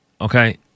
okay